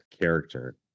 character